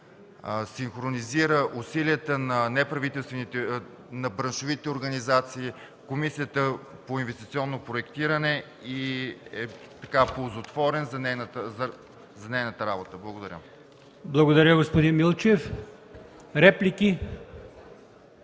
синхронизира усилията на браншовите организации, Комисията по инвестиционно проектиране и е ползотворен за нейната работа. Благодаря. ПРЕДСЕДАТЕЛ АЛИОСМАН ИМАМОВ: Благодаря, господин Милчев. Реплики?